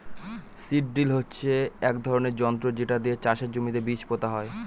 seed drill হচ্ছে এক ধরনের যন্ত্র যেটা দিয়ে চাষের জমিতে বীজ পোতা হয়